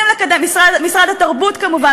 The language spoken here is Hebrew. משרד התרבות כמובן,